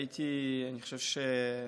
הייתי, אני חושב,